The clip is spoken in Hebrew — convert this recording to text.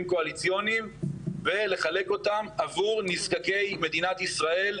קואליציוניים ולחלק אותם עבור נזקקי מדינת ישראל,